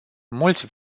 mulți